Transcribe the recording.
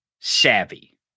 savvy